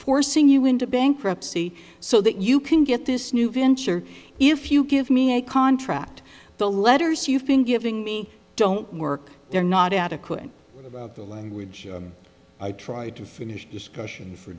forcing you into bankruptcy so that you can get this new venture if you give me a contract the letters you've been giving me don't work they're not adequate about the language i try to finish this question for